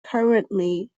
currently